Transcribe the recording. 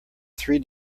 three